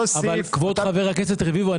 כבוד חבר הכנסת רביבו,